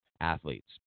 athletes